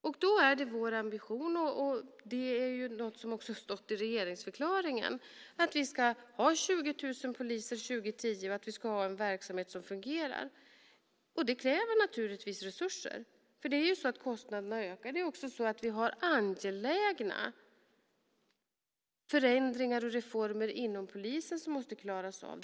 Det är vår ambition, som också har stått i regeringsförklaringen, att vi ska ha 20 000 poliser år 2010, och en verksamhet som fungerar. Det kräver naturligtvis resurser, eftersom kostnaderna ökar. Vi har också angelägna förändringar och reformer inom polisen som måste klaras av.